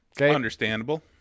understandable